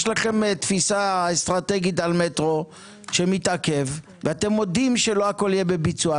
יש לכם תפיסה אסטרטגית על מטרו שמתעכב ואתם מודים שלא הכול יהיה בביצוע,